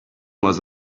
was